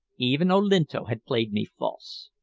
even olinto had played me false!